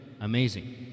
amazing